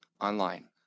online